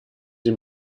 sie